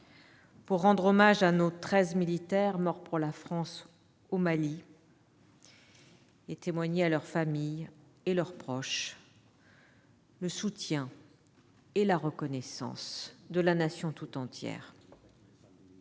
pour rendre hommage à nos treize militaires morts pour la France au Mali et témoigner à leurs familles et leurs proches le soutien et la reconnaissance de la Nation tout entière.